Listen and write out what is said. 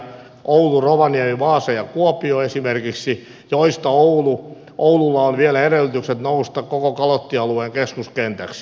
oulu rovaniemi vaasa ja kuopio esimerkiksi joista oululla on vielä edellytykset nousta koko kalottialueen keskuskentäksi